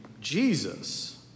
Jesus